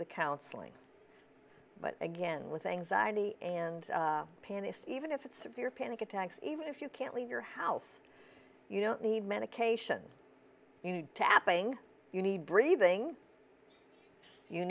the counseling but again with anxiety and panic even if it's severe panic attacks even if you can't leave your house you don't need medications you need to happening you need breathing you